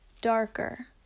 darker